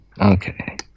okay